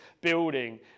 building